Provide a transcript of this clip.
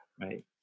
right